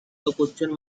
question